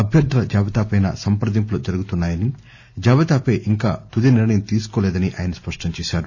అభ్యర్థుల జాబితాపై సంప్రదింపులు జరుగుతున్నాయని జాబితాపై ఇంకా తుది నిర్ణయం తీసుకోలేదని ఆయన స్పష్టంచేశారు